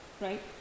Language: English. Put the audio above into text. right